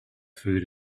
food